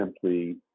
simply